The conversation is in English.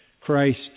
Christ